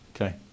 Okay